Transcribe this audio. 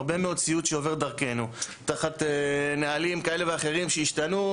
יש הרבה מאוד ציוד שעובר דרכנו תחת נהלים כאלה ואחרים שהשתנו,